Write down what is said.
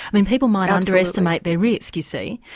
i mean people might underestimate their risk you see?